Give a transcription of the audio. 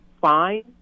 fine